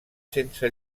sense